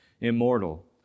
immortal